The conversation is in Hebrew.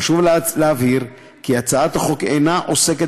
חשוב להבהיר כי הצעת החוק אינה עוסקת